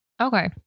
Okay